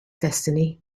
destiny